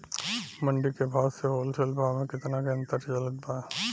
मंडी के भाव से होलसेल भाव मे केतना के अंतर चलत बा?